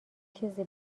چیزی